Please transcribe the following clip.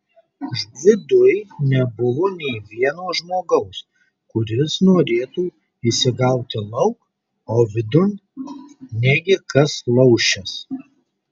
viduj nebuvo nė vieno žmogaus kuris norėtų išsigauti lauk o vidun negi kas laušis